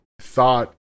thought